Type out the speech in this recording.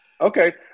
Okay